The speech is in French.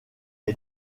est